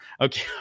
Okay